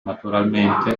naturalmente